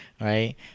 right